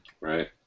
right